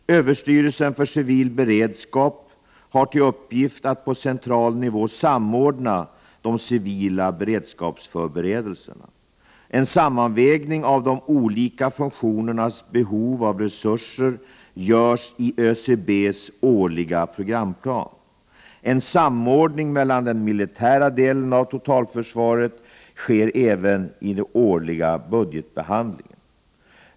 Överstyrelsen för civil beredskap har till uppgit att på central nivå samordna de civila beredskapsförberedelserna. En sammanvägning av de olika funktionernas behov av resurser görs i ÖCB:s årliga programplan. En samordning med den militära delen av totalförsvaret sker även i den årliga budgetbehandlingen.